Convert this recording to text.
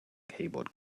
keyboard